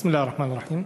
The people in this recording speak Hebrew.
בסם אללה א-רחמאן א-רחים.